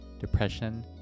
depression